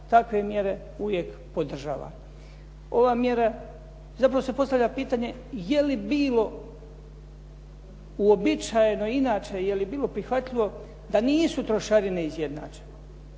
takve mjere uvije podržavam. Ova mjera, zapravo se postavlja pitanje, je li bilo uobičajeno inače je li bilo prihvatljivo da nisu trošarine izjednačene.